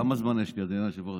כמה זמן יש לי, אדוני היושב-ראש?